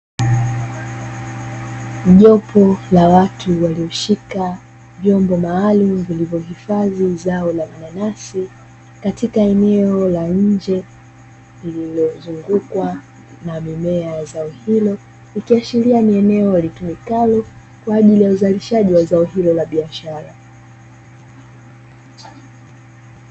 Jopo la watu walioshika vyombo maalumu vilivyohifadhi zao la mananasi katika eneo la nje lililozungukwa na mimea ya zao hilo, ikiashiria ni eneo linalotumika kwa ajili ya uzalishaji wa zao hilo la biashara.